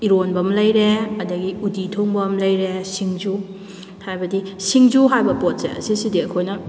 ꯏꯔꯣꯟꯕ ꯑꯃ ꯂꯩꯔꯦ ꯑꯗꯨꯗꯒꯤ ꯎꯠꯇꯤ ꯊꯣꯡꯕ ꯑꯃ ꯂꯩꯔꯦ ꯁꯤꯡꯖꯨ ꯍꯥꯏꯕꯗꯤ ꯁꯤꯡꯖꯨ ꯍꯥꯏꯕ ꯄꯣꯠꯁꯦ ꯑꯁꯤꯁꯤꯗꯤ ꯑꯩꯈꯣꯏꯅ